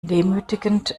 demütigend